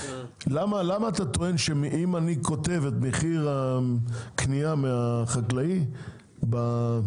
למה אתה טוען שאם אני כותב את מחיר הקנייה מהחקלאי בסופר,